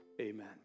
amen